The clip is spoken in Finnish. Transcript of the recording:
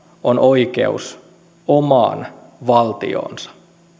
on oikeus omaan valtioonsa